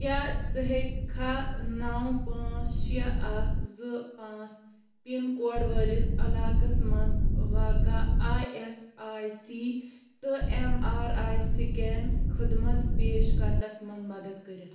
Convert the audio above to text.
کیٛاہ ژٕ ہیٚکھا نو پانژھ شےٚ اکھ زٕ پانژھ پِن کوڈ وٲلِس علاقس مَنٛز واقع آی ایس آی سی تہٕ ایٚم آر آی سٕکین خدمت پیش کرنس مَنٛز مدد کٔرِتھ